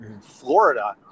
Florida